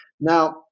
Now